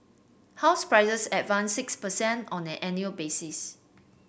house prices advanced six per cent on an annual basis